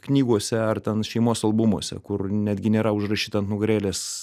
knygose ar ten šeimos albumuose kur netgi nėra užrašyta ant nugarėlės